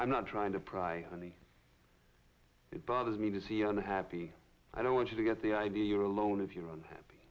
i'm not trying to pry only it bothers me to see on the happy i don't want you to get the idea you're alone if you're unhappy